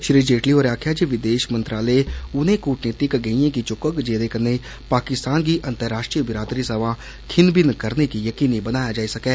श्री जेटली होरें आक्खेआ जे विदेश मंत्रालय उन्ने कूटनीतिक गेइयै गी चुकोग जेदे कन्नै पाकिस्तान गी अन्तर्राष्ट्रीय बिरादरी सवां खिल्ल बिल्न कराने गी यकीनी बनाया जाई सकै